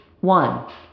one